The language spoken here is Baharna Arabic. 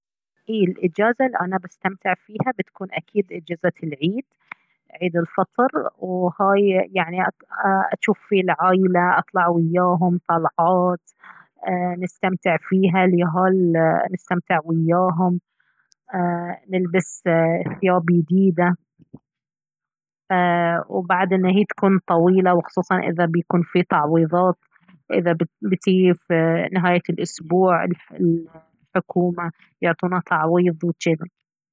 اي الإجازة الي أنا بستمتع فيها بتكون أكيد إجازة العيد عيد الفطر وهاي يعني أشوف في العائلة أطلع وياهم طلعات ايه نستمتع فيها اليهال نستمتع وياهم ايه نلبس ثياب يديدة ايه وبعد أن هي تكون طويلة وخصوصا إذا بيكون فيه تعويضات إذا بتي في نهاية الأسبوع الحكومة يعطونا تعويض وجذي